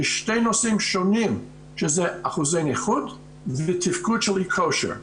אלה שני נושאים שונים שזה אחוזי נכות ותפקוד של אי כושר.